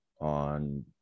on